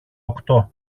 οκτώ